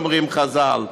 אומרים חז"ל,